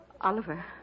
Oliver